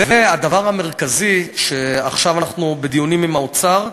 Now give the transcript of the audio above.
והדבר המרכזי, אנחנו עכשיו בדיונים עם האוצר,